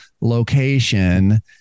location